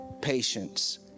patience